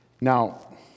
Now